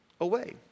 away